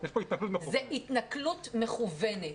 זה התנכלות מכוונת.